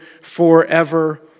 forever